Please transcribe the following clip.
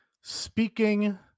speaking